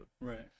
right